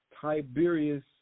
Tiberius